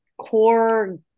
core